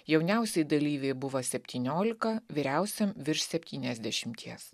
jauniausiai dalyvei buvo septyniolika vyriausiam virš septyniasdešimties